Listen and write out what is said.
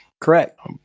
Correct